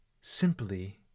simply